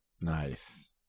Nice